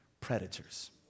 predators